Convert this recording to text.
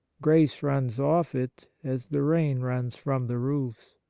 grace runs off it as the rain runs from the roofs.